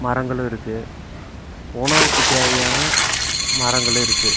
மரங்களும் இருக்குது உணவுக்கு தேவையான மரங்களும் இருக்குது